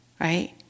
right